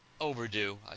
overdue